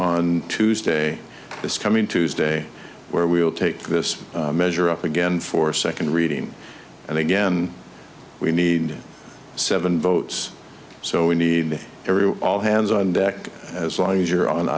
on tuesday this coming tuesday where we will take this measure up again for second reading and again we need seven votes so we need all hands on deck as long as you're on an